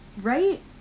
right